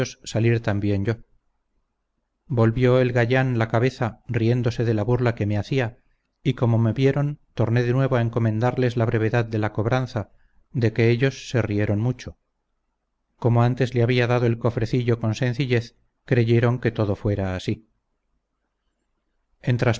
salir también yo volvió el gayan la cabeza riéndose de la burla que me hacía y como me vieron torné de nuevo a encomendarles la brevedad de la cobranza de que ellos se rieron mucho como antes le había dado el cofrecillo con sencillez creyeron que todo fuera así en